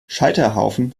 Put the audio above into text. scheiterhaufen